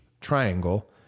triangle